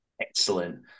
Excellent